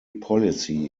policy